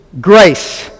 grace